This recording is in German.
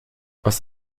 aus